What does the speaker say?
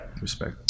respect